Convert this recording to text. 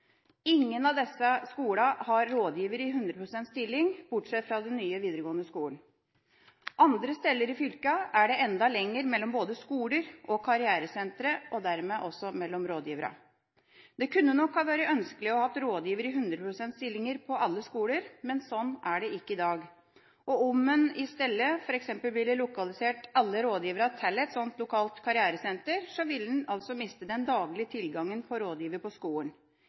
Ingen av disse skolene har rådgiver i 100 pst. stilling, bortsett fra den nye videregående skolen. Andre steder i fylkene er det enda lenger mellom både skoler og karrieresentre og dermed også mellom rådgiverne. Det kunne nok vært ønskelig å ha rådgivere i 100 pst. stillinger på alle skoler, men slik er det ikke i dag. Og om man i stedet f.eks. ville lokalisert alle rådgiverne til et lokalt karrieresenter, ville man mistet den daglige tilgangen på rådgiver på skolen.